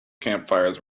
campfires